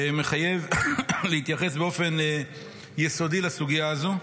מחייב להתייחס באופן יסודי לסוגיה הזו.